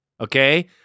okay